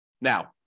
Now